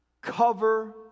Cover